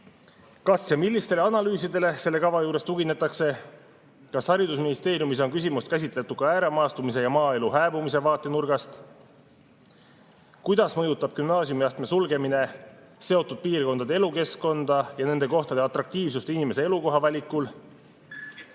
Kas ja millistele analüüsidele selle kava juures tuginetakse? Kas haridusministeeriumis on küsimust käsitletud ka ääremaastumise ja maaelu hääbumise vaatenurgast? Kuidas mõjutab gümnaasiumiastme sulgemine seotud piirkondade elukeskkonda ja nende kohtade atraktiivsust inimese elukoha valikul?